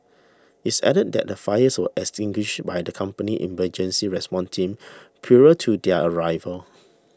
is added that the fires was extinguished by the company's emergency response team purer to their arrival